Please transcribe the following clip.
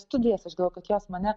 studijas aš galvoju kad jos mane